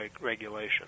regulation